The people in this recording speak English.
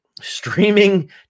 streaming